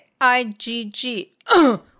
IgG